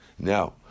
Now